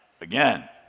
again